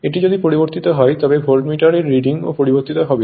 এটি যদি পরিবর্তিত হয় তবে ভোল্টমিটার এর রিডিং ও পরিবর্তিত হবে